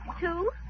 Two